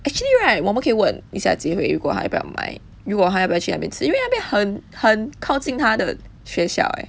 actually right 我们可以问一下 jie hui 如果她要不要买如果她要不要去那边吃因为那边很很靠近她的学校 eh